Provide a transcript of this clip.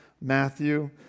Matthew